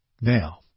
Now